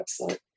website